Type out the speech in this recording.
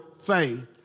faith